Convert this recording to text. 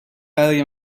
برای